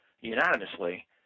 unanimously